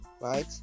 right